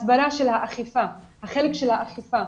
הסברה של האכיפה, החלק של האכיפה,